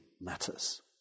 matters